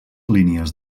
línies